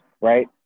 right